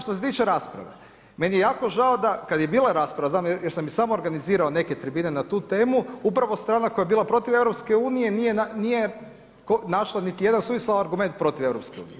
Što se tiče rasprave, meni je jako žao da kad je bila rasprava, znam jer sam i sam organizirao neke tribine na tu temu upravo strana koja je bila protiv EU nije našla niti jedan suvisao argument protiv EU.